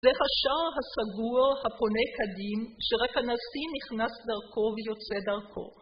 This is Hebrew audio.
זה השער הסגור הפונה קדים שרק הנשיא נכנס דרכו ויוצא דרכו.